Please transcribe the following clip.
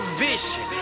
vision